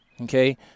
okay